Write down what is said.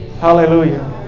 Hallelujah